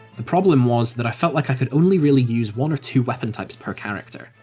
the problem was that i felt like i could only really use one or two weapon types per character,